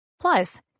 Plus